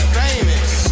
famous